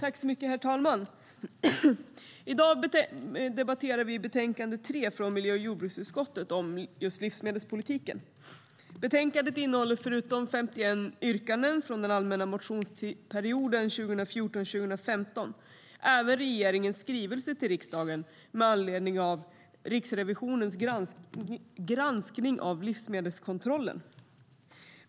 Herr talman! I dag debatterar vi betänkande 3 från miljö och jordbruksutskottet om livsmedelspolitiken. Betänkandet innehåller förutom 51 yrkanden från den allmänna motionstiden 2014/15 även regeringens skrivelse till riksdagen med anledning av Riksrevisionens granskning av livsmedelskontrollen.